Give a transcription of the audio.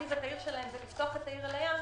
להרחיב את העיר שלהם ולפתוח את העיר אל הים,